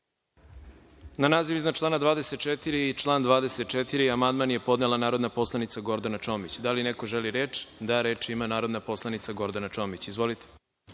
Na naziv iznad člana 24. i član 24. amandman je podnela narodna poslanica Gordana Čomić. Da li neko želi reč? (Da)Reč ima narodna poslanica Gordana Čomić. Izvolite.